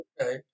Okay